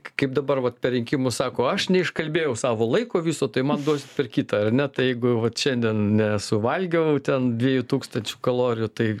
kaip dabar vat per rinkimus sako aš ne iškalbėjau savo laiko viso tai man duosit per kitą ar ne tai jeigu vat šiandien nesuvalgiau ten dviejų tūkstančių kalorijų tai